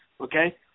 okay